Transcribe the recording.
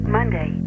Monday